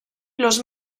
los